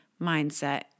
mindset